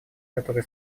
которые